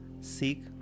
seek